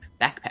backpack